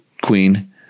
queen